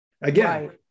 Again